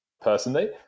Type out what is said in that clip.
personally